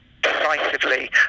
decisively